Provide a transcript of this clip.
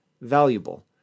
valuable